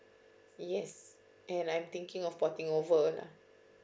yes and I'm thinking of porting over lah